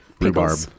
Rhubarb